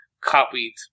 copied